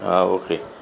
ആ ഓക്കേ